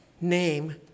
name